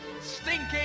stinking